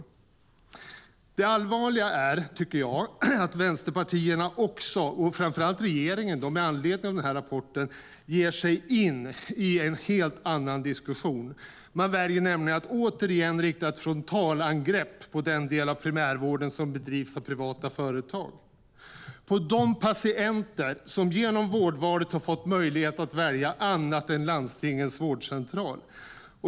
Jag tycker att det allvarliga är att vänsterpartierna, och framför allt regeringen, med anledning av denna rapport ger sig in i en helt annan diskussion. De väljer nämligen att återigen rikta ett frontalangrepp mot den del av primärvården som bedrivs av privata företag och mot de patienter som genom vårdvalet har fått möjlighet att välja något annat än landstingens vårdcentral.